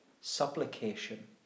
supplication